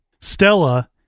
Stella